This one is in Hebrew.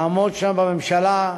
לעמוד בממשלה,